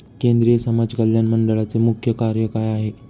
केंद्रिय समाज कल्याण मंडळाचे मुख्य कार्य काय आहे?